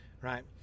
right